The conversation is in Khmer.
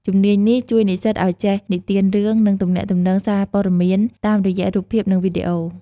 ជំនាញនេះជួយនិស្សិតឱ្យចេះនិទានរឿង និងទំនាក់ទំនងសារព័ត៌មានតាមរយៈរូបភាព និងវីដេអូ។